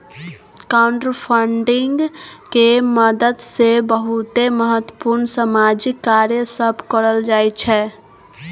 crowdfunding के मदद से बहुते महत्वपूर्ण सामाजिक कार्य सब करल जाइ छइ